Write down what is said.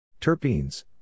terpenes